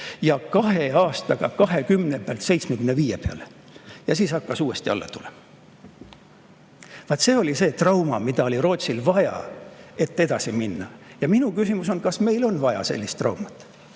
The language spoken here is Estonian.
kahe aastaga 20% pealt 75% peale ja seejärel hakkas uuesti alla tulema. Vaat see oli see trauma, mida oli Rootsil vaja, et edasi minna. Minu küsimus on, kas meil on vaja sellist traumat.